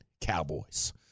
Cowboys